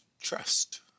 trust